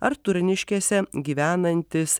ar turniškėse gyvenantis